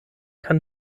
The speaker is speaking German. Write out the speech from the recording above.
kann